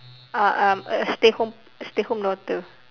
uh um a stay home stay home daughter